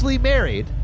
Married